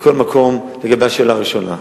מכל מקום, לגבי השאלה הראשונה.